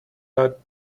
out